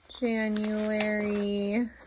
January